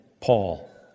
Paul